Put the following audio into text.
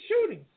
shootings